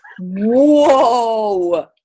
Whoa